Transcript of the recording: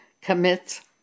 commits